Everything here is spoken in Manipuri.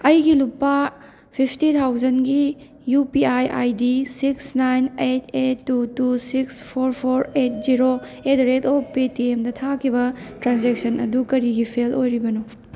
ꯑꯩꯒꯤ ꯂꯨꯄꯥ ꯐꯤꯐꯇꯤ ꯊꯥꯎꯖꯟꯒꯤ U P I I D six nine eight eight two two six four four eight zero at the rate of ꯄꯦ ꯇꯤ ꯑꯦꯝꯗ ꯊꯥꯈꯤꯕ ꯇ꯭ꯔꯥꯟꯖꯦꯛꯁꯟ ꯑꯗꯨ ꯀꯔꯤꯒꯤ ꯐꯦꯜ ꯑꯣꯏꯔꯤꯕꯅꯣ